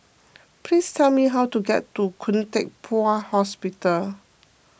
please tell me how to get to Khoo Teck Puat Hospital